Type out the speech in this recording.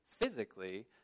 physically